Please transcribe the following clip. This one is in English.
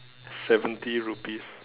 seventy rupees